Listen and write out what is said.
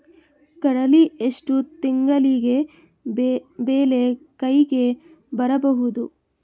ಕಡಲಿ ಎಷ್ಟು ತಿಂಗಳಿಗೆ ಬೆಳೆ ಕೈಗೆ ಬರಬಹುದು?